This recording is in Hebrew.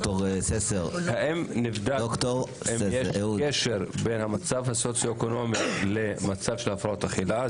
האם נבדק הקשר בין המצב הסוציו-אקונומי למצב הפרעות אכילה?